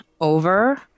over